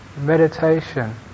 meditation